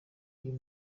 uyu